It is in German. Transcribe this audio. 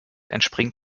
entspringen